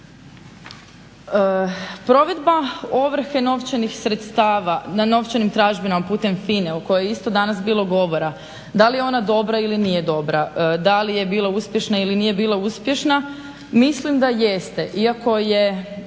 Provedba ovrhe novčanih sredstava, na novčanim tražbinama putem FINA-e u kojoj je isto danas bilo govora, da li je ona dobra ili nije dobra, da li je bila uspješna ili nije bila uspješna? Mislim da jeste iako je